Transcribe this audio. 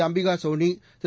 Ambika Soni Thiru